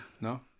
No